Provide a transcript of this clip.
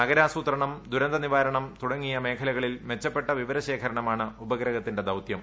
നഗരാസൂത്രണം ദുരന്ത നിവാരണം തുടങ്ങിയ മേഖലകളിൽ മെച്ചപ്പെട്ട വിവരശേഖരണമാണ് ഉപഗ്രഹത്തിന്റെ ദൌത്യം